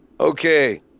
Okay